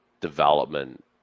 development